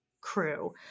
crew